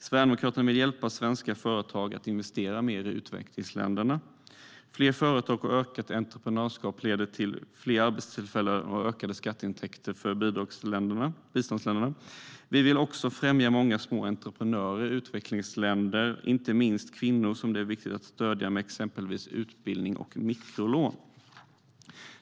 Sverigedemokraterna vill hjälpa svenska företag att investera mer i utvecklingsländerna. Fler företag och ökat entreprenörskap leder till fler arbetstillfällen och ökade skatteintäkter för biståndsländerna. Vi vill också främja många små entreprenörer i utvecklingsländer. Det gäller inte minst kvinnor, som det är viktigt att stödja med exempelvis utbildning och mikrolån.